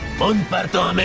one but um and